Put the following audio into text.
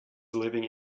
living